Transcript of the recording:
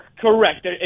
Correct